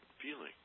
feeling